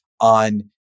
on